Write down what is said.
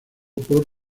por